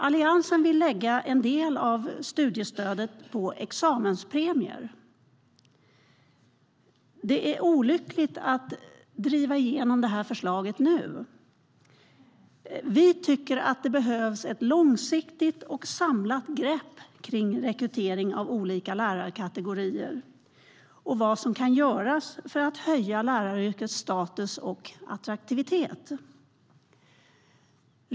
Alliansen vill lägga en del av studiestödet på examenspremier. Det vore olyckligt att driva igenom det förslaget nu. Vi tycker att man behöver ta ett långsiktigt och samlat grepp om rekrytering av olika lärarkategorier och om vad som kan göras för att höja läraryrkets status och attraktivitet.